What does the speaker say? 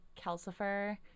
calcifer